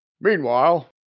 Meanwhile